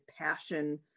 passion